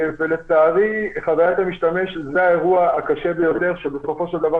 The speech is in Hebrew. לצערי חוויית המשתמש זה האירוע הקשה ביותר שבסופו של דבר